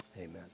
amen